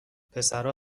پسرا